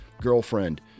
girlfriend